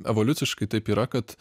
evoliuciškai taip yra kad